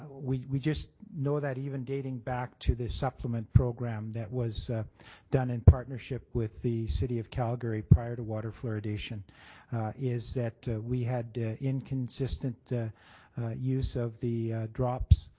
we we just know that even dating back to the supplement program that was done in partnership with the city of calgary prior to water fluoridation is that we had inconsistent use of the drops